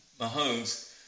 Mahomes